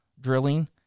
drilling